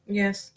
yes